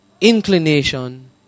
inclination